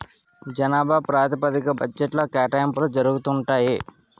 జనాభా ప్రాతిపదిగ్గా బడ్జెట్లో కేటాయింపులు జరుగుతూ ఉంటాయి